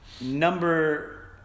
number